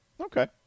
Okay